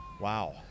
Wow